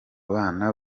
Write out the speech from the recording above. bana